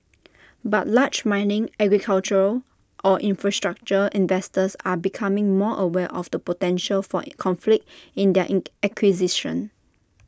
but large mining agricultural or infrastructure investors are becoming more aware of the potential for conflict in their in acquisitions